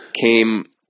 came